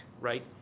right